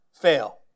fail